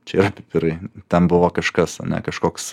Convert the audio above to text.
čia yra pipirai ten buvo kažkas ane kažkoks